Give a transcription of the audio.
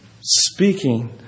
speaking